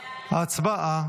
הצבעה.